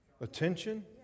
Attention